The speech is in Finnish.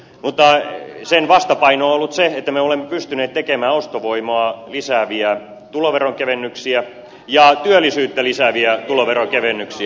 mutta sen vastapaino on ollut se että me olemme pystyneet tekemään ostovoimaa lisääviä tuloveron kevennyksiä ja työllisyyttä lisääviä tuloveron kevennyksiä